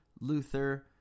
luther